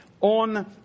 on